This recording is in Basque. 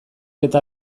eta